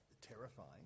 terrifying